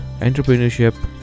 entrepreneurship